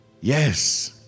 Yes